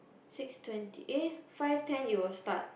six twenty eh five ten it will start